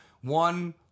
one